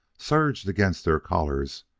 surged against their collars,